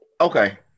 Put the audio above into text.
Okay